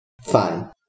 fine